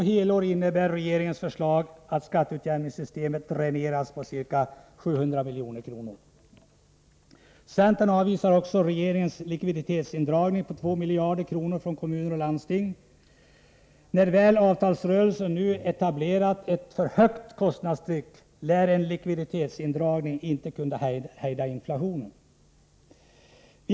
På helår innebär regeringens förslag att skatteutjämningssystemet dräneras på ca 700 milj.kr. — Centern avvisar regeringens likviditetsindragning på 2 miljarder kronor från kommuner och landsting. När väl avtalsrörelsen nu etablerat ett för högt kostnadstryck, lär en likviditetsindragning inte kunna hejda inflationen.